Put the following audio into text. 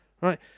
right